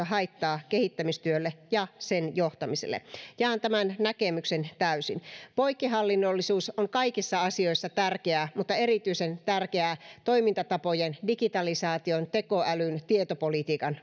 haittaa kehittämistyölle ja sen johtamiselle jaan tämän näkemyksen täysin poikkihallinnollisuus on kaikissa asioissa tärkeää mutta erityisen tärkeää toimintatapojen digitalisaation tekoälyn tietopolitiikan